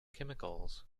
chemicals